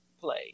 play